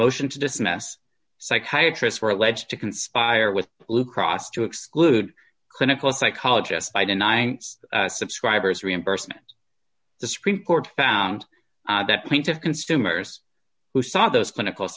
a motion to dismiss psychiatrists were alleged to conspire with blue cross to exclude clinical psychologist by denying subscribers reimbursement the supreme court found that point of consumers who saw those clinical